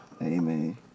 Amen